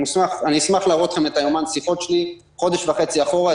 אני אשמח להראות לכם את יומן השיחות שלי חודש וחצי אחורה,